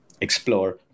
explore